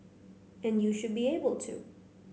and you should be able to